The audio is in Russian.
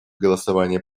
голосование